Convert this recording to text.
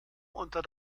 unter